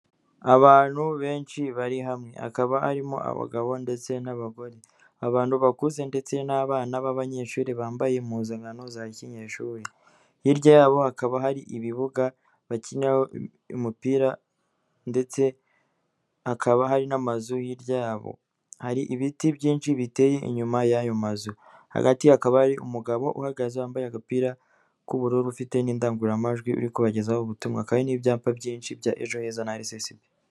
Abantu benshi bari hamwe, hakaba harimo abagabo ndetse n'abagore, abantu bakuze ndetse n'abana b'abanyeshuri bambaye impuzankano za kinyeshuri, hirya yabo hakaba hari ibibuga bakiniraho umupira ndetse hakaba hari n'amazu hirya yabo, hari ibiti byinshi biteye inyuma y'ayo mazu, hagati hakaba hari umugabo uhagaze wambaye agapira k'ubururu ufite n'indangururamajwi uri kubagezaho ubutumwa, hakaba hari n'ibyapa byinshi bya ejo heza na RSSB.